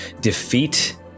defeat